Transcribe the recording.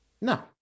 No